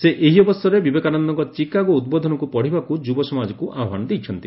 ସେ ଏହି ଅବସରରେ ବିବେକାନନ୍ଦଙ୍କ ଚିକାଗୋ ଉଦ୍ବୋଧନକୁ ପଢ଼ିବାକୁ ଯୁବ ସମାଜକୁ ଆହ୍ୱାନ ଦେଇଛନ୍ତି